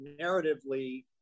narratively